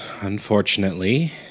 Unfortunately